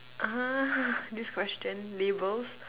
uh this question labels